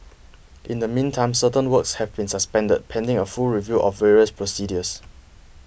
in the meantime certain works have been suspended pending a full review of various procedures